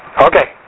Okay